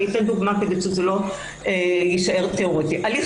אציג דוגמה כדי שזה לא יישאר תיאורטי: בהליך